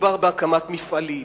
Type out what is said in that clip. מדובר בהקמת מפעלים,